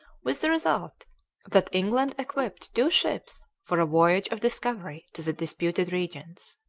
with the result that england equipped two ships for a voyage of discovery to the disputed regions.